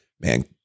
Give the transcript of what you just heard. man